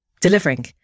delivering